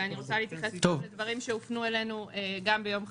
ואני רוצה להתייחס לדברים שהופנו אלינו גם ביום חמישי.